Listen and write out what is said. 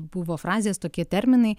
buvo frazės tokie terminai